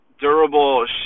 durable